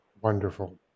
Wonderful